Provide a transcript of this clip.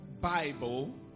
Bible